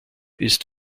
ist